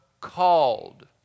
called